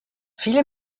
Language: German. viele